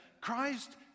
Christ